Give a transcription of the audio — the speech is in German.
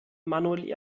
manuel